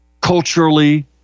Culturally